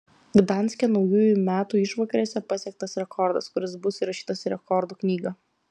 gdanske naujųjų metų išvakarėse pasiektas rekordas kuris bus įrašytas į rekordų knygą